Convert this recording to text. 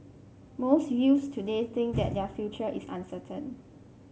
most youths today think that their future is uncertain